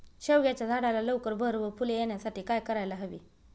शेवग्याच्या झाडाला लवकर बहर व फूले येण्यासाठी काय करायला हवे?